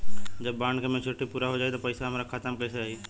जब बॉन्ड के मेचूरिटि पूरा हो जायी त पईसा हमरा खाता मे कैसे आई?